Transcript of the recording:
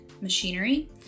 machinery